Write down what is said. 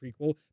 prequel